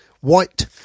white